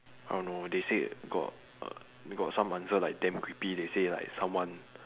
uh no they say got err got some answer like damn creepy they say like someone